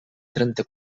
trenta